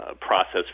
process